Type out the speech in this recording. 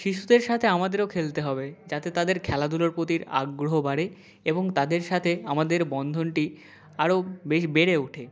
শিশুদের সাথে আমাদেরও খেলতে হবে যাতে তাদের খেলাধুলোর প্রতির আগ্রহ বাড়ে এবং তাদের সাথে আমাদের বন্ধনটি আরো বেশ বেড়ে উঠে